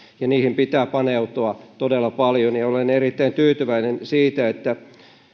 ja niihin pitää paneutua todella paljon olen erittäin tyytyväinen siitä että